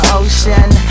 ocean